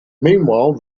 meanwhile